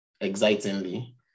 excitingly